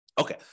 Okay